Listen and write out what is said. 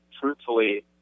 truthfully